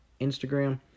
Instagram